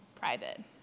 private